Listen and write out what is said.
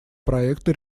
проекта